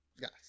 yes